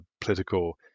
political